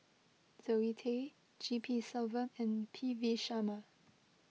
Zoe Tay G P Selvam and P V Sharma